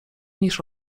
niż